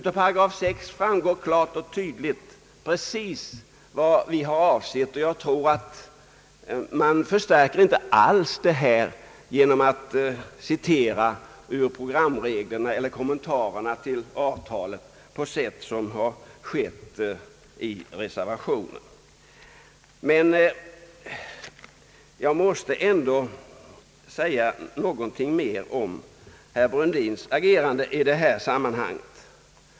Av § 6 framgår klart och tydligt vad vi avser och jag tror inte alls att man förstärker detta genom att citera ur programreglerna eller kommentarerna till avtalet på sätt som skett i reservationen. Jag skall be att få säga något ytterligare om herr Brundins agerande i detta sammanhang.